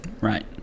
Right